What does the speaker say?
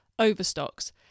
overstocks